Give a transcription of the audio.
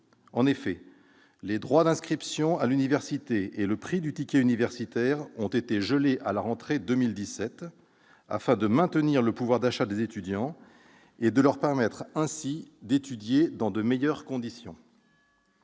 En effet, les droits d'inscription à l'université et le prix du ticket universitaire ont été gelés à la rentrée 2017, afin de maintenir le pouvoir d'achat des étudiants et de leur permettre d'étudier dans de meilleures conditions.